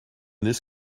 this